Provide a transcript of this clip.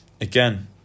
again